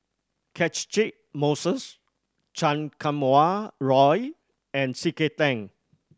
Catchick Moses Chan Kum Wah Roy and C K Tang